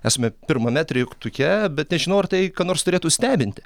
esame pirmame trejektuke bet nežinau ar tai ką nors turėtų stebinti